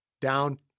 down